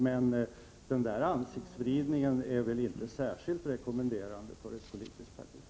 Men den där ansiktsvridningen är väl inte särskilt rekommendabel för ett politiskt parti!